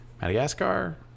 Madagascar